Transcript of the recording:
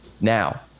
Now